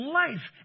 life